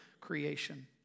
creation